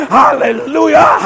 hallelujah